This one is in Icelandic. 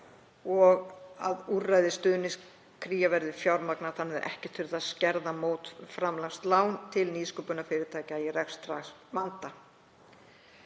og að úrræðið Stuðnings-Kría verði fjármagnað þannig að ekki þurfi að skerða mótframlagslán til nýsköpunarfyrirtækja í rekstrarvanda.